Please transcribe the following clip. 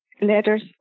letters